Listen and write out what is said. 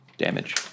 damage